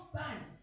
time